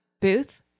booth